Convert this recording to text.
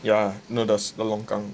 ya no the longkang